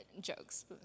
Jokes